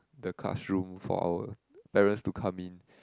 the classroom for our parents to come in